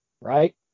Right